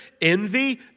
envy